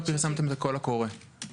יינתן סיוע לשדרוג המפעלים.